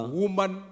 woman